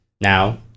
now